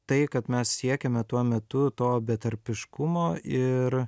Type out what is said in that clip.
tai kad mes siekėme tuo metu to betarpiškumo ir